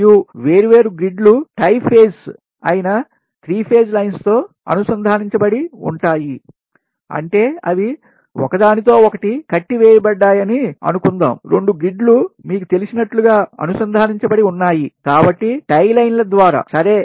మరియు వేర్వేరు గ్రిడ్లు టై ఫేజ్స్ అయిన 3 ఫేజ్ లైన్లతో అనుసంధానించబడి ఉంటాయి అంటే అవి ఒకదానితో ఒకటి కట్టి వేయబడాయని అనుకుందాం 2 గ్రిడ్లు మీకు తెలిసినట్లుగా అనుసంధానించబడి ఉన్నాయి కాబట్టి టై లైన్ల ద్వారాసరే